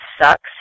sucks